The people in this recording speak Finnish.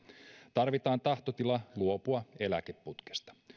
tarvitaan tahtotila luopua eläkeputkesta